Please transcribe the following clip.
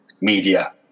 media